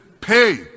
pay